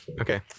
okay